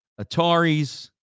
Ataris